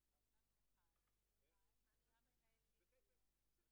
שתיים, היום חברה ייעודית אחרי שהסכם הזה יעבור,